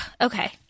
okay